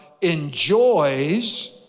enjoys